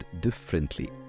differently